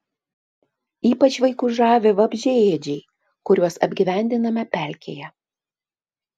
ypač vaikus žavi vabzdžiaėdžiai kuriuos apgyvendiname pelkėje